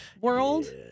world